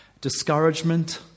discouragement